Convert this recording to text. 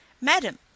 Madam